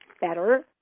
better